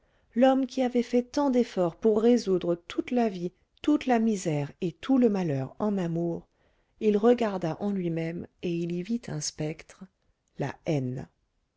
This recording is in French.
l'homme qui avait fait tant d'efforts pour résoudre toute la vie toute la misère et tout le malheur en amour il regarda en lui-même et il y vit un spectre la haine